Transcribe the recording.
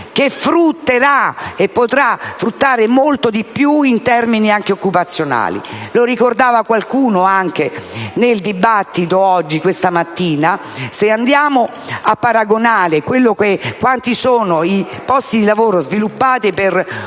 che frutterà, e potrà fruttare molto di più in termini occupazionali. Lo ricordava qualcuno nel dibattito di questa mattina: se andiamo a confrontare il numero di posti di lavoro sviluppati per